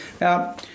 now